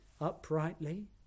uprightly